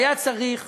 היה צריך